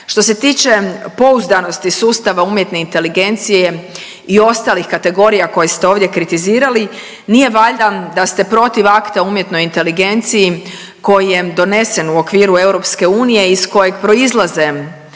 Što se tiče pouzdanosti sustava umjetne inteligencije i ostalih kategorija koje ste ovdje kritizirali, nije valjda da ste protiv akta o umjetnoj inteligenciji koji je donesen u okviru EU iz kojeg proizlaze